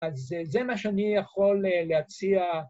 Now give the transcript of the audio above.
‫אז זה מה שאני יכול להציע.